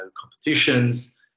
competitions